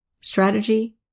strategy